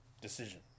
decision